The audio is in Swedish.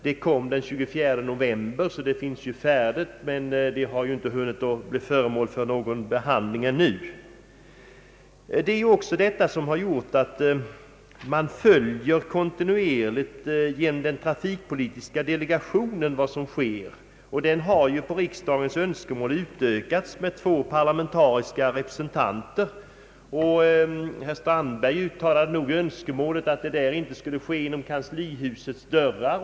Detta kom den 24 november men har inte hunnit bli föremål för någon behandling ännu. Genom den trafikpolitiska delegationen följer man kontinuerligt vad som sker, och delegationen har på riksdagens önskemål utökats med två parlamentariska representanter. Herr Strandberg uttalade önskemålet att detta arbete inte skulle ske inom kanslihusets dörrar.